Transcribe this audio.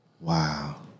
Wow